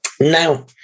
Now